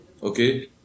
Okay